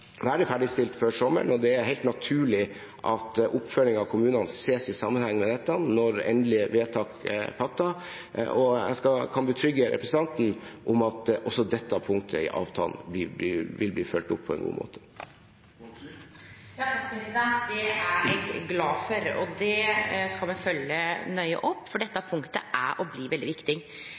være ferdigstilt før sommeren, og det er helt naturlig at oppfølging av kommunene ses i sammenheng med dette når endelig vedtak er fattet. Jeg kan forsikre representanten om at også dette punktet i avtalen vil bli fulgt opp på en god måte. Det er eg glad for, og det skal me følgje nøye opp, for dette punktet er og blir veldig viktig.